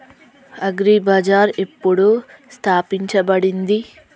Agri bazaar ఎప్పుడు స్థాపించబడింది?